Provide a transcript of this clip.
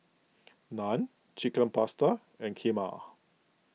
Naan Chicken Pasta and Kheema